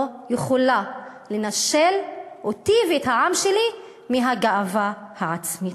לא יכולות לנשל אותי ואת העם שלי מהגאווה העצמית.